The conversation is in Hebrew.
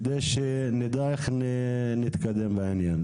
כדי שנדע איך נתקדם בעניין.